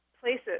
places